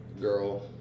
girl